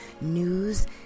news